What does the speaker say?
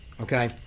okay